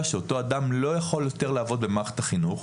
שאותו אדם לא יכול יותר לעבוד במערכת החינוך.